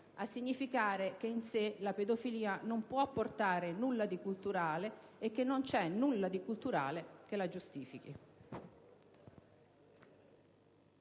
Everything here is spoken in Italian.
a significare che in sé la pedofilia non può portare nulla di culturale e che non c'è nulla di culturale che la giustifichi.